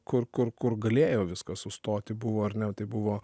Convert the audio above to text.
kur kur kur galėjo viskas sustoti buvo ar ne tai buvo